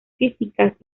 físicas